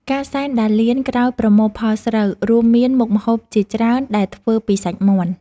ការសែនដារលានក្រោយប្រមូលផលស្រូវ រួមមានមុខម្ហូបជាច្រើនដែលធ្វើពីសាច់មាន់។